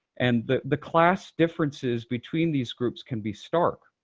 and the the class differences between these groups can be stark.